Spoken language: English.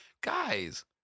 guys